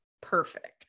perfect